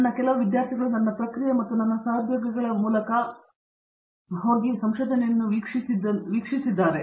ನನ್ನ ಕೆಲವು ವಿದ್ಯಾರ್ಥಿಗಳು ನನ್ನ ಪ್ರಕ್ರಿಯೆ ಮತ್ತು ನನ್ನ ಸಹೋದ್ಯೋಗಿಗಳ ಮೂಲಕ ಹೋಗುವುದನ್ನು ವೀಕ್ಷಿಸಲು ನನಗೆ ಅವಕಾಶವಿದೆ